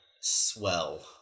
swell